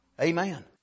Amen